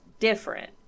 different